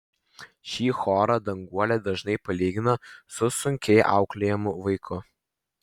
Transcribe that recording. šį chorą danguolė dažnai palygina su sunkiai auklėjamu vaiku